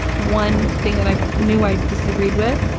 one thing that i knew i disagreed with.